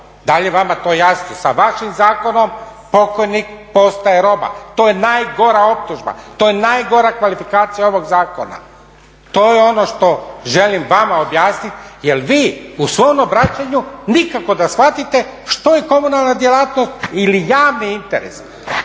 Da li je vama to jasno. Sa vašim zakonom pokojnik postaje roba. To je najgora optužba, to je najgora kvalifikacija ovog zakona. To je ono što želim vama objasniti, jer vi u svom obraćanju nikako da shvatite što je komunalna djelatnost ili javni interes.